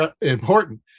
important